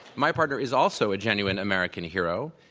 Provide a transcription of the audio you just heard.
my partner is also a genuine american hero,